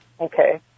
Okay